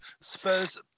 Spurs